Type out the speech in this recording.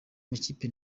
makipe